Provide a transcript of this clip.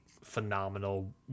phenomenal